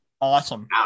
Awesome